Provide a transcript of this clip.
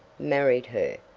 married her.